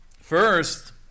first